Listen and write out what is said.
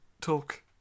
talk